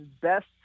best